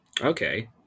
Okay